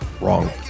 wrong